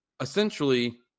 essentially